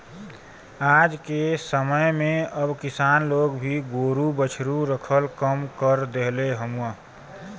आजके समय में अब किसान लोग भी गोरु बछरू रखल कम कर देहले हउव